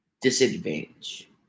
disadvantage